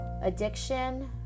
addiction